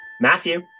Matthew